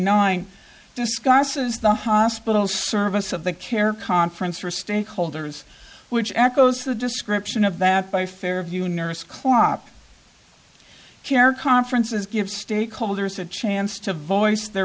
nine discusses the hospital service of the care conference for stakeholders which echoes the description of that by fairview nurse klopp care conferences give stakeholders a chance to voice their